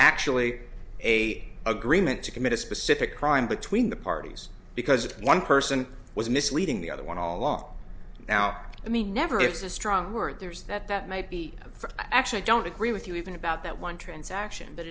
actually a agreement to commit a specific crime between the parties because one person was misleading the other one all along now i mean never it's a strong word there's that that might be for i actually don't agree with you even about that one transaction but